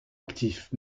actif